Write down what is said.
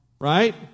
Right